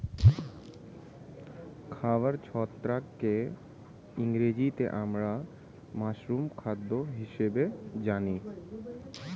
খাবার ছত্রাককে ইংরেজিতে আমরা মাশরুম খাদ্য হিসেবে জানি